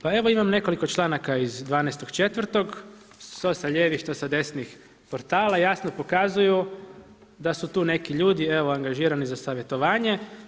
Pa evo imam nekoliko članaka iz 12.4. što sa lijevih, što sa desnih portala jasno pokazuju da su tu neki ljudi angažirani za savjetovanje.